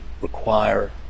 require